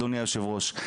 אדוני היושב ראש,